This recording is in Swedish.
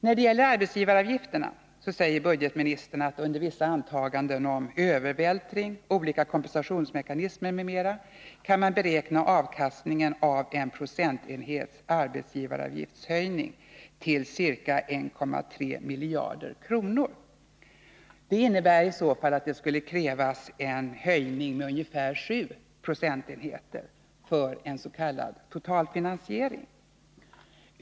När det gäller arbetsgivaravgifterna säger budgetministern att man under vissa antaganden om övervältring, olika kompensationsmekanismer m.m. kan beräkna avkastningen av en procentenhets arbetsgivaravgiftshöjning till ca 1,3 miljarder kronor. Det innebär i så fall att det skulle krävas en höjning med ungefär 7 Yo för ens. k totalfinansiering.